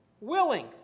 willing